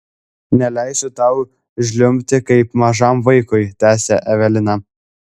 neleisiu tau žliumbti kaip mažam vaikui tęsė evelina